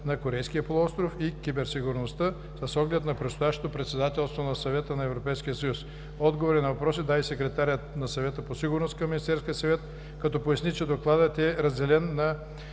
на Корейския полуостров и киберсигурността, с оглед на предстоящото председателство на Съвета на ЕС. Отговори на въпроси даде секретарят на Съвета по сигурността към Министерския съвет, като поясни, че Докладът е разделен на